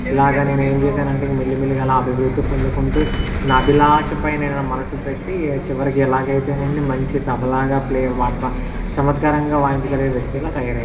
ఇలాగ నేను ఏం చేసాను అంటే ఇంక మెల్లిమెల్లిగా అలా అభివృద్ధి పొందుకుంటూ నా అభిలాషపై నేను మనసు పెట్టి చివరికి ఎలాగైతేనండి మంచి తబలాగా ప్లే చమత్కారంగా వాయించగలిగే వ్యక్తిలా తయారయ్యాను